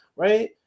Right